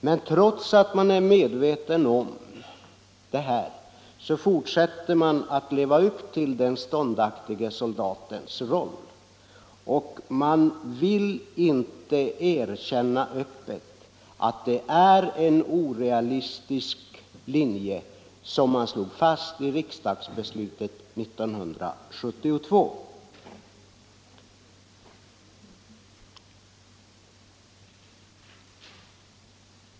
Men trots att man alltså är medveten om detta fortsätter man att leva upp till rollen av den ståndaktige tennsoldaten och vill inte öppet erkänna att den linje som drogs upp i riksdagsbeslutet 1972 var orealistisk.